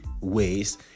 ways